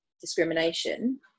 discrimination